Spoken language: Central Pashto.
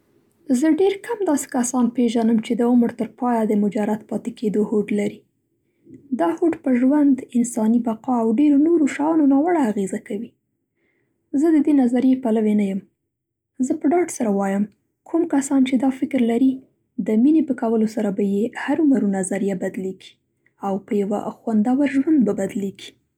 زه ډېر کم داسې کسان پېژنم چې د عمر تر پایه د مجرد پاتې کېدو هوډ لري. دا هوډ په ژوند، انساني بقا او ډېرو نورو شیانو ناوړه اغېزه کوي. زه د دې نظریې پلوې نه یم. زه په ډاډ سره وایم کوم کسان چې دا فکر لري د مینې په کولو سره به یې هرو مرو نظریه بدلېږي او په یوه خوندور ژوند به بدلېږي.